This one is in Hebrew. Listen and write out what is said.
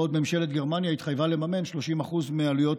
בעוד ממשלת גרמניה התחייבה לממן 30% מעלויות